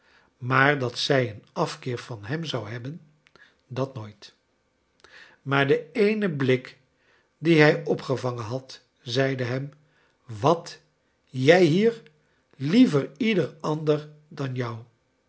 maar dat zij een afkeer van hem zou hebben dat nooit maar de eene blik dien hij opgevangen had zeide hem wat jij hier liever ieder ander dan joul